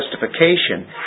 justification